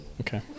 Okay